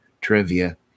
trivia